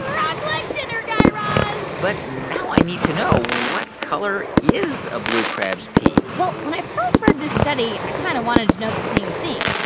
crab leg dinner, guy raz but now i need to know what color is a blue crab's pee? well, when i first read this study, i kind of wanted to know the same thing.